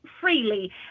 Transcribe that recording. freely